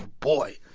boy.